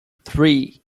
three